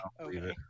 Okay